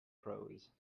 prose